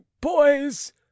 boys